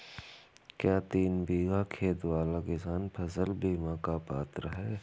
क्या तीन बीघा खेत वाला किसान फसल बीमा का पात्र हैं?